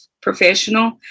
professional